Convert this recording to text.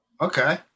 okay